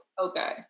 okay